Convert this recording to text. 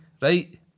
right